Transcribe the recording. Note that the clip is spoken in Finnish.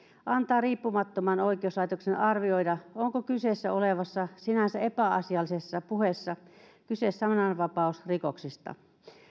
antaa riippumattoman oikeuslaitoksen arvioida onko kyseessä olevassa sinänsä epäasiallisessa puheessa kyse sananvapausrikoksesta